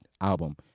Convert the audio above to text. album